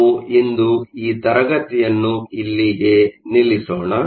ನಾವು ಇಂದು ಈ ತರಗತಿಯನ್ನು ಇಲ್ಲಿ ನಿಲ್ಲಿಸೋಣ